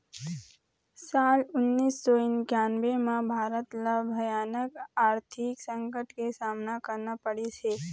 साल उन्नीस सौ इन्कानबें म भारत ल भयानक आरथिक संकट के सामना करना पड़िस हे